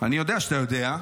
אני יודע שאתה יודע,